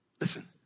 Listen